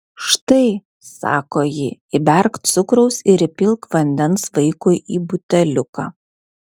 štai sako ji įberk cukraus ir įpilk vandens vaikui į buteliuką